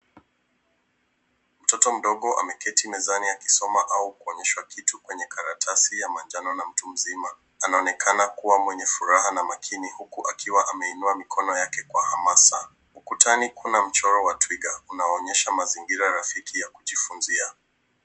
Mtoto mdogo ameketi mezani akisoma au kuonyeshwa kitu kwenye karatasi ya manjano na mtu mzima. Anaonekana kuwa mwenye furaha na makini huku akiwa ameinua mikono yake kwa hamasa. Ukutani kuna mchoro wa twiga unaoonyesha mazingira rafiki ya kujifunzia.